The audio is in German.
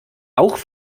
auch